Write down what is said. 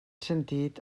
sentit